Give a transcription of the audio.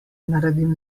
naredim